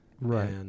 Right